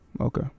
Okay